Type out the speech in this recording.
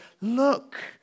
look